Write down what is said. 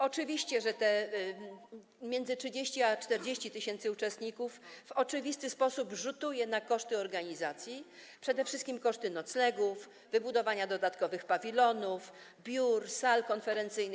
Oczywiście, że liczba między 30 tys. a 40 tys. uczestników w oczywisty sposób rzutuje na koszty organizacji, przede wszystkim koszty noclegów, wybudowania dodatkowych pawilonów, biur, sal konferencyjnych.